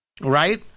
Right